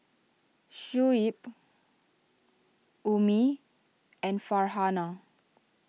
Shuib Ummi and Farhanah